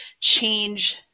change